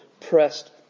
pressed